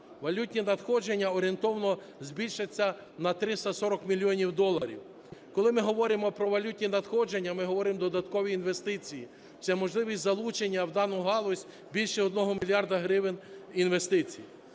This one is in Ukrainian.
Валютні надходження орієнтовно збільшаться на 340 мільйонів доларів. Коли ми говоримо про валютні надходження, ми говоримо додаткові інвестиції. Це можливість залучення в дану галузь більше 1 мільярда гривень інвестицій.